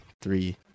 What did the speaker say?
three